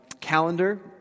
calendar